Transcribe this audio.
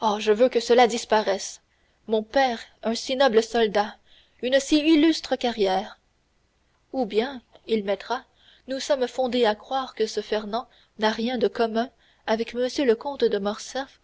oh je veux que cela disparaisse mon père un si noble soldat une si illustre carrière ou bien il mettra nous sommes fondés à croire que ce fernand n'a rien de commun avec m le comte de